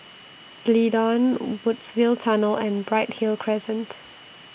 D'Leedon Woodsville Tunnel and Bright Hill Crescent